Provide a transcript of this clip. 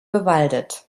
bewaldet